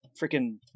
freaking